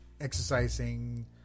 exercising